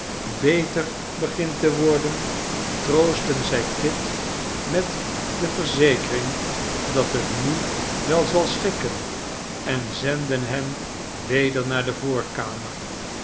beter begint te worden troosten zij kit met de verzekering dat het nu wel zal schikken en zenden hem weder naar de voorkamer